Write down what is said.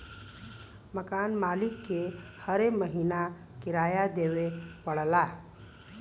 मकान मालिक के हरे महीना किराया देवे पड़ऽला